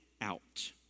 out